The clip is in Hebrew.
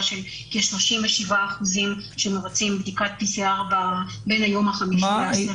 של כ-37% שמבצעים בדיקת PCR בין היום החמישי לעשירי.